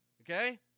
okay